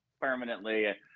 permanently